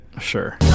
Sure